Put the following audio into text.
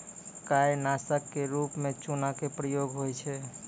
काई नासक क रूप म चूना के प्रयोग होय छै